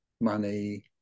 money